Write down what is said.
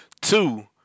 Two